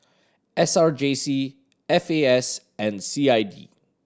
S R J C F A S and C I D